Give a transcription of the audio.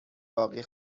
باقی